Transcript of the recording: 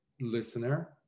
listener